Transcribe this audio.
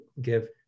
give